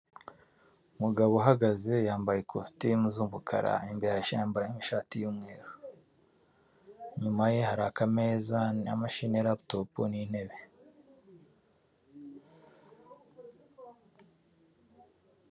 Umugabo uhagaze yambaye ikositimu z'umukara, imbere yaje yambaye ishati y'umweru, inyuma ye hari akameza na mashinne raputopu n'intebe.